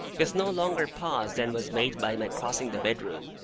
with no longer pause than was made by my crossing the bedroom,